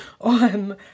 on